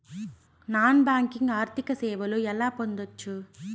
Non banking ఆర్థిక సేవలు ఎలా పొందొచ్చు?